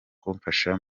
kumfasha